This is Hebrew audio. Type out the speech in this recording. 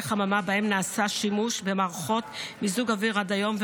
חממה שבהם נעשה שימוש במערכות מיזוג אוויר עד היום,